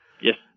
Yes